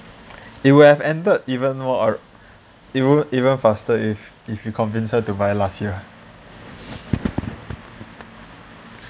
it will have ended even more even even faster if you convince her to buy last year